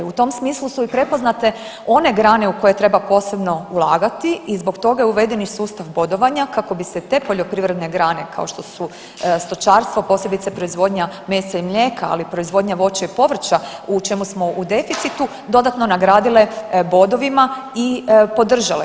U tom smislu su i prepoznate one grane u koje treba posebno ulagati i zbog toga je uveden i sustav bodovanja kako bi se te poljoprivredne grane kao što su stočarstvo, a posebice proizvodnja mesa i mlijeka, ali i proizvodnja voća i povrća u čemu smo u deficitu dodatno nagradile bodovima i podržale.